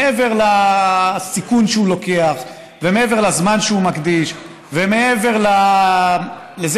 מעבר לסיכון שהוא לוקח ומעבר לזמן שהוא מקדיש ומעבר לזה